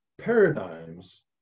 paradigms